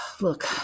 look